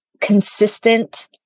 consistent